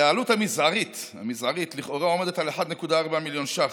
העלות המזערית לכאורה עומדת על 1.4 מיליון ש"ח.